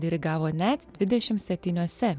dirigavo net dvidešim septyniuose